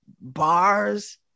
bars